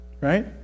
right